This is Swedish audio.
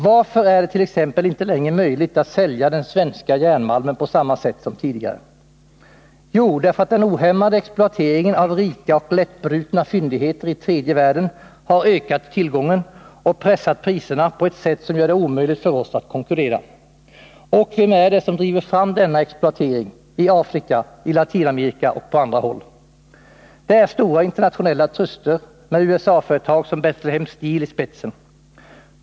Varför är det t.ex. inte längre möjligt att sälja den svenska järnmalmen på samma sätt som tidigare? Jo, därför att den ohämmade exploateringen av rika och lättbrutna fyndigheter i tredje världen har ökat tillgången och pressat priserna på ett sätt som gör det omöjligt för oss att konkurrera. Och vem är det som driver fram denna exploatering i Afrika, i Latinamerika och på andra håll? Det är stora, internationella truster med USA-företag som Betlehem Steel i spetsen.